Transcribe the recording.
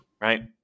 right